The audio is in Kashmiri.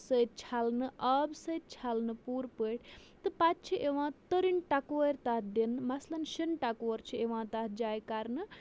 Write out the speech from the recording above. سۭتۍ چھَلنہٕ آب سۭتۍ چھَلنہٕ پوٗرٕ پٲٹھۍ تہٕ پَتہٕ چھِ یِوان تٔرٕنۍ ٹکور تَتھ دِنہٕ مَثلاً شِن ٹکور چھِ یِوان تَتھ جایہِ کَرنہٕ